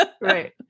Right